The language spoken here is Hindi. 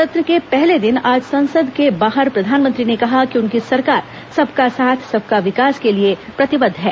सत्र के पहले दिन आज संसद के बाहर प्रधानमंत्री ने कहा कि उनकी सरकार सबका साथ सबका विकास के लिए प्रतिबद्ध है